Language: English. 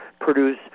produce